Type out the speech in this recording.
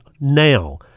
now